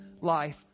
life